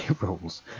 rules